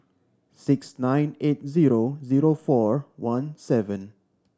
six nine eight zero zero four one seven